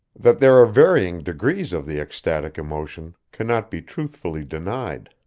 that there are varying degrees of the ecstatic emotion cannot be truthfully denied.